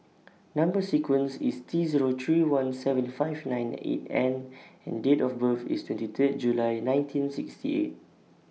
Number sequence IS T Zero three one seventy five nine eight N and Date of birth IS twenty three July nineteen sixty eight